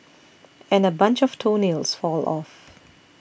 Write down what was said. and a bunch of toenails fall off